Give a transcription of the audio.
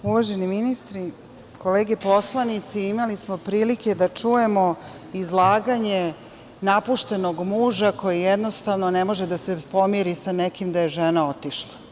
Uvaženi ministri, kolege poslanici, imali smo prilike da čujemo izlaganje napuštenog muža koji jednostavno ne može da se pomiri sa nekim da je žena otišla.